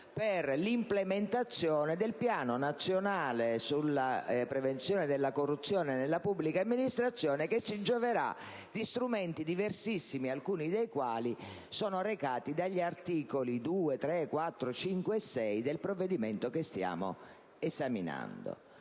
per l'implementazione del piano nazionale sulla prevenzione della corruzione nella pubblica amministrazione, che si gioverà di strumenti diversissimi, alcuni dei quali sono recati dagli articoli 2, 3, 4, 5 e 6 del provvedimento che stiamo esaminando.